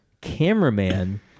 cameraman